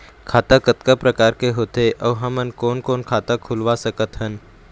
खाता कतका प्रकार के होथे अऊ हमन कोन कोन खाता खुलवा सकत हन?